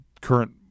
current